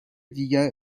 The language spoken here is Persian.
دیگر